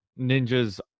ninja's